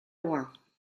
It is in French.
loin